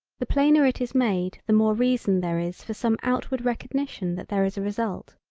the plainer it is made the more reason there is for some outward recognition that there is a result.